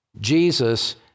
Jesus